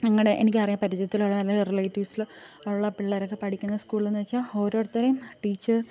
ഞങ്ങളുടെ എനിക്കറിയാം പരിചയത്തിലുള്ളവർടെ റിലേറ്റീവ്സിൽ ഉള്ള പിള്ളാരൊക്കെ പഠിക്കുന്ന സ്കൂളെന്നു വെച്ചാൽ ഓരോരുത്തരേം ടീച്ചർ